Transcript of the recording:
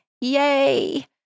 Yay